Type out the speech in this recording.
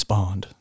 Bond